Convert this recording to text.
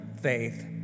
faith